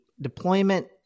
deployment